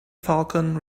falcon